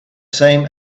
same